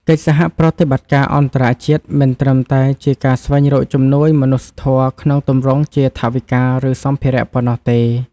កិច្ចសហប្រតិបត្តិការអន្តរជាតិមិនត្រឹមតែជាការស្វែងរកជំនួយមនុស្សធម៌ក្នុងទម្រង់ជាថវិកា ឬសម្ភារៈប៉ុណ្ណោះទេ។